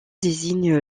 désigne